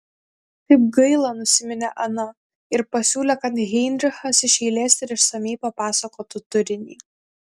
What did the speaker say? kaip gaila nusiminė ana ir pasiūlė kad heinrichas iš eilės ir išsamiai papasakotų turinį